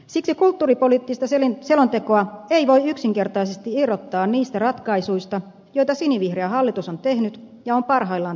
siksi kulttuuripoliittista selontekoa ei voi yksinkertaisesti irrottaa niistä ratkaisuista joita sinivihreä hallitus on tehnyt ja on parhaillaan tekemässä